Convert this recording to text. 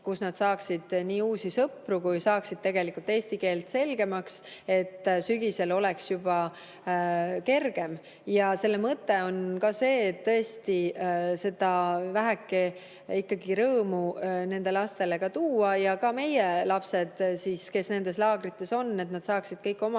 kus nad saaksid nii uusi sõpru kui saaksid ka eesti keelt selgemaks, et sügisel oleks juba kergem. Selle mõte on ka see, et tõesti väheke ikkagi rõõmu nendele lastele tuua. Ka meie lapsed oleksid nendes laagrites, et nad saaksid kõik